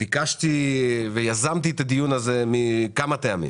לומר שביקשתי ויזמתי את הדיון הזה מכמה טעמים: